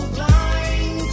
blind